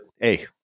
hey